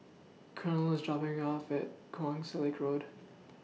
Colonel IS dropping Me off At Keong Saik Road